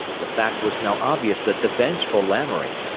the fact was now obvious that the vengeful lamoury,